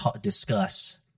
discuss